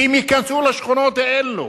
שהם ייכנסו לשכונות האלה?